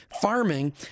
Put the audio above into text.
farming